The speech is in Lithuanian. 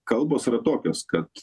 kalbos yra tokios kad